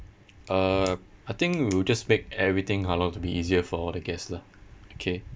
uh I think we will just make everything halal to be easier for all the guests lah okay